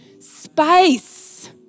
space